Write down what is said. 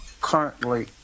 currently